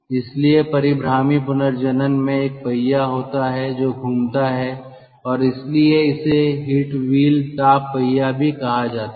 इसलिए परीभ्रामी या रोटरी पुनर्जनन में एक पहिया होता है जो घूमता है और इसीलिए इसे हीट व्हील ताप पहिया भी कहा जाता है